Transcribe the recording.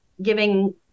giving